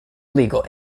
legal